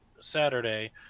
Saturday